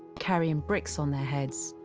carrying bricks on their heads,